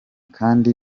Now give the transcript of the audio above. kandi